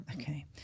Okay